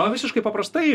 a visiškai paprastai